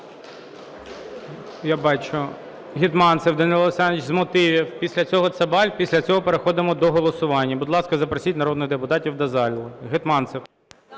Я бачу. Гетманцев Данило Олександрович з мотивів. Після цього Цабаль. Після цього переходимо до голосування. Будь ласка, запросіть народних депутатів до зали. Гетманцев.